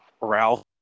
Ralph